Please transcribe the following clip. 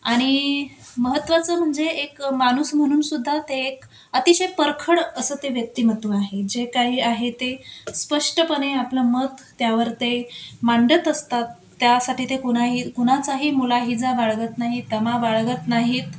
आणि महत्त्वाचं म्हणजे एक माणूस म्हणूनसुद्धा ते एक अतिशय परखड असं ते व्यक्तिमत्व आहे जे काही आहे ते स्पष्टपणे आपलं मत त्यावर ते मांडत असतात त्यासाठी ते कुणाही कुणाचाही मुलाहीजा वाळगत नाहीत तमा वाळगत नाहीत